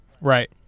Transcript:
Right